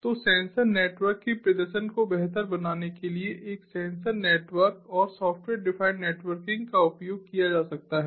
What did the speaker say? तो sensor network के प्रदर्शन को बेहतर बनाने के लिए एक सेंसर नेटवर्क और सॉफ्टवेयर डिफाइंड नेटवर्किंग का उपयोग किया जा सकता है